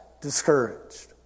discouraged